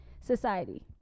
Society